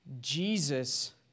Jesus